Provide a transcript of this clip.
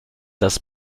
das